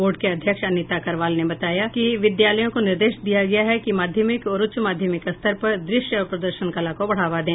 board के अध्यक्ष अनिता करवाल ने बताया कि विद्यालयों को निर्देश दिया गया है कि माध्यमिक और उच्च माध्यमिक स्तर पर दृश्य और प्रदर्शन कला को बढ़ावा दें